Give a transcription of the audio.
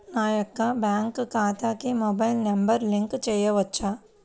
నా యొక్క బ్యాంక్ ఖాతాకి మొబైల్ నంబర్ లింక్ చేయవచ్చా?